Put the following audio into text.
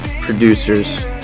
producers